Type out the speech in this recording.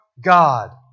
God